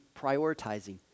prioritizing